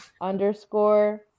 Underscore